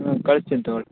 ಹ್ಞೂ ಕಳ್ಸ್ತೀನಿ ತೊಗೊಳಿ